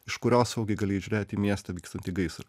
iš kurio saugiai galėjai žiūrėti į miesto vykstantį gaisrą